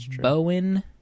Bowen